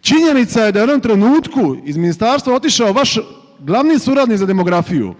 činjenica je da je u jednom trenutku iz ministarstva otišao vaš glavni suradnik za demografiju.